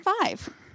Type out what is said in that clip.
five